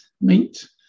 meat